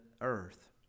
earth